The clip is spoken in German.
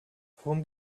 worum